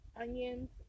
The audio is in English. onions